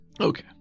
Okay